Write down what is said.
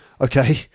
Okay